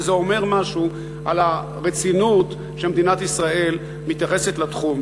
וזה אומר משהו על הרצינות שמדינת ישראל מייחסת לתחום.